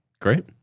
Great